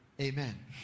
amen